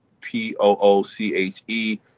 P-O-O-C-H-E